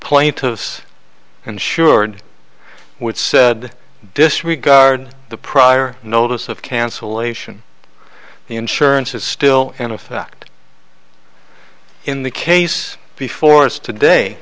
plaintiff's insured which said disregard the prior notice of cancellation the insurance is still in effect in the case before us today